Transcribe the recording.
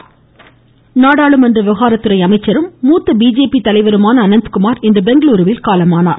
மமமமம அனந்த்குமார் நாடாளுமன்ற விவகாரத்துறை அமைச்சரும் மூத்த பிஜேபி தலைவருமான அனந்த்குமார் இன்று பெங்களுருவில் காலமானார்